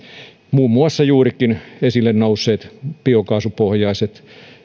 muun muassa juurikin esille nousseilla biokaasupohjaisilla